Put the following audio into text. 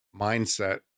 mindset